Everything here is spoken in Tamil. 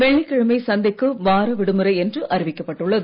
வெள்ளிக்கிழமை வார விடுமுறை என்று அறிவிக்கப்பட்டுள்ளது